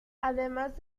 además